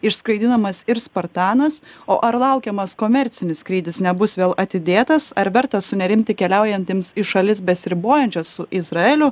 išskraidinamas ir spartanas o ar laukiamas komercinis skrydis nebus vėl atidėtas ar verta sunerimti keliaujantiems į šalis besiribojančias su izraeliu